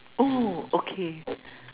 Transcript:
oh okay